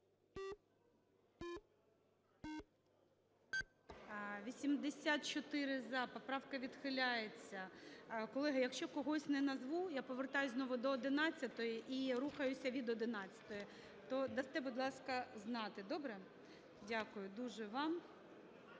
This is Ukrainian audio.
За-84 Поправка відхиляється. Колеги, якщо когось не назву, я повертаюсь знову до 11-ї і рухаюся від 11-ї, то дасте, будь ласка, знати. Добре? Дякую дуже вам.